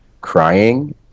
crying